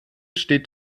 steht